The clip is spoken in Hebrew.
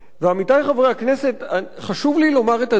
עמיתי חברי הכנסת, חשוב לי לומר את הדברים.